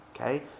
Okay